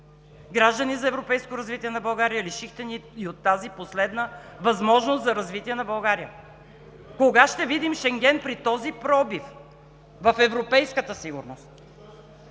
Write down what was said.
„Граждани за европейско развитие на България“, лишихте ни и от тази последна възможност за развитие на България. Кога ще видим Шенген при този пробив в европейската сигурност?!